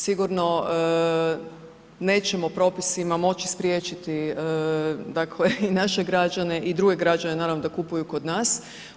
Sigurno nećemo propisima moći spriječiti dakle i naše građane i druge građane naravno da kupuju kod nas.